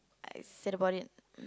I said about it